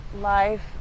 life